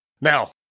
Now